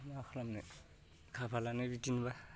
मा खालामनो खाफालानो बिदिनो बा